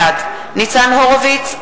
בעד ניצן הורוביץ,